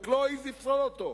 והוא רק לא העז לפסול אותו.